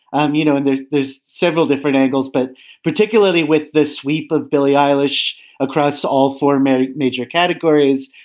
um you know, and there's there's several different angles, but particularly with the sweep of billy eilish across all four major, major categories,